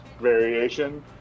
variation